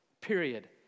period